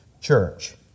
church